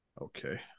okay